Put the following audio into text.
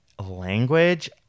language